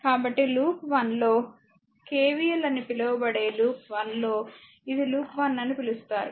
కాబట్టి లూప్ 1 లో KVL అని పిలువబడే లూప్ 1 లో ఇది లూప్ 1 అని పిలుస్తారు